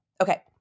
Okay